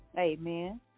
Amen